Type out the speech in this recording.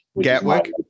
Gatwick